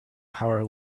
power